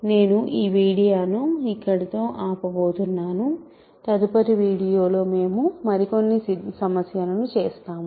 నేను ఈ వీడియోను ఇక్కడ ఆపబోతున్నాను తదుపరి వీడియోలో మేము మరికొన్ని సమస్యలను చేస్తాము